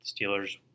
Steelers